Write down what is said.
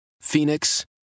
Phoenix